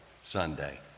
Sunday